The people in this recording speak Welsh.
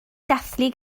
dathlu